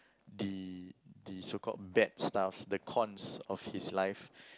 the the so called bad stuff the cons of his life